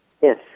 Yes